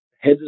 Head